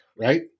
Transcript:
right